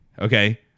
Okay